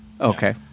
Okay